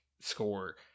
score